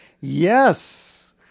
Yes